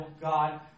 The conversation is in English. God